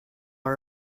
are